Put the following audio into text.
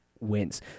wins